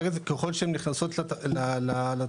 ככל שהם נכנסים לתחרות